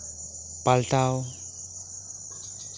ᱯᱟᱞᱴᱟᱣ